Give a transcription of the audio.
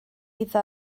iddo